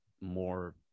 more